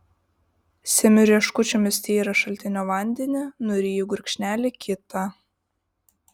semiu rieškučiomis tyrą šaltinio vandenį nuryju gurkšnelį kitą